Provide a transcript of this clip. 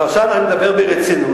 אבל עכשיו אני מדבר ברצינות.